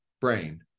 brain